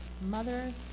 Mother